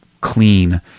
clean